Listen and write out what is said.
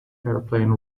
airplane